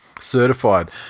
Certified